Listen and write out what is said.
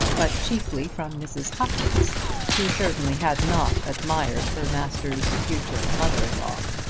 but chiefly from mrs. hopkins who certainly had not admired her master's future mother-in-law.